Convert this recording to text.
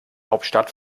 hauptstadt